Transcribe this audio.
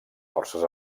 forces